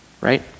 right